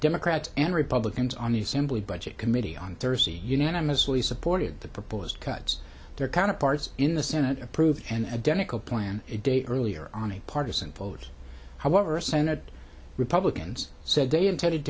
democrats and republicans on the assembly budget committee on thursday unanimously supported the proposed cuts their counterparts in the senate approved and identical plan a day earlier on a partisan vote however senate republicans said they intended